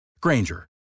Granger